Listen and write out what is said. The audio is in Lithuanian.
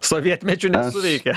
sovietmečiu nesuveikė